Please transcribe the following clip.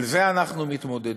על זה אנחנו מתמודדים.